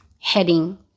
heading